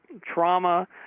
trauma